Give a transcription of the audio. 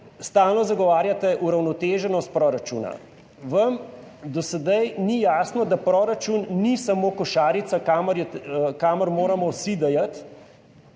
stalno zagovarjate uravnoteženost proračuna. Vam do sedaj ni jasno, da proračun ni samo košarica kamor moramo vsi dajati,